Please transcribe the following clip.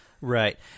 Right